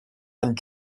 and